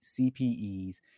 CPEs